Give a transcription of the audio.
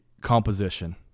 composition